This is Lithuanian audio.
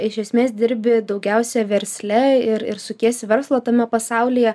iš esmės dirbi daugiausia versle ir ir sukiesi verslo tame pasaulyje